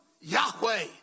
Yahweh